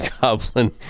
goblin